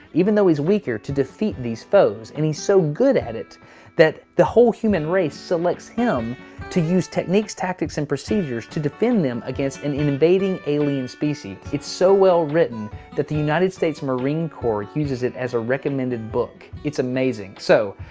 even though he's weaker, to defeat these foes, and he's so good at it that the whole human race selects him to use techniques, tactics and procedures to defend them against an invading alien species. species. it's so well written that the united states marine corps uses it as a recommended book. it's amazing. so,